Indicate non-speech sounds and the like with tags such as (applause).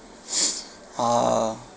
(breath) ah